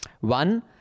One